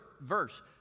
verse